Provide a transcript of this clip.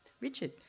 Richard